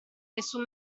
nessun